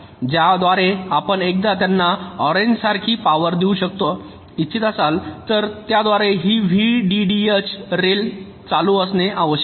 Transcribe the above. ज्याद्वारे आपण एकदा त्यांना ऑरेंजसारखी पॉवर देऊ इच्छित असाल तर त्यांच्याद्वारे ही व्हीडीडीएच रेल चालू असणे आवश्यक आहे